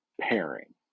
pairing